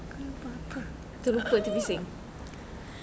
kau lupa apa